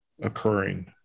occurring